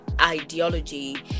ideology